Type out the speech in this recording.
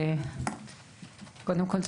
קודם כל,